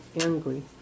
angry